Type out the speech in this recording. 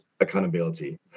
accountability